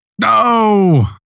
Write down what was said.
No